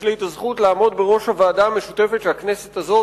יש לי הזכות לעמוד בראש הוועדה המשותפת שהכנסת הזו